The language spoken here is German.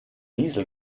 diesel